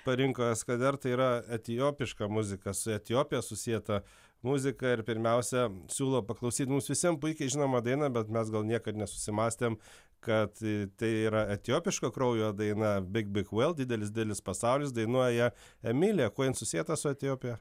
parinko eskader tai yra etiopiška muzika su etiopija susieta muzika ir pirmiausia siūlo paklausyt mums visiem puikiai žinomą dainą bet mes gal niekad nesusimąstėm kad tai yra etiopiško kraujo daina big big world didelis didelis pasaulis dainuoja emilija kuo jin susieta su etiopija